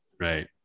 Right